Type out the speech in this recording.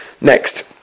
Next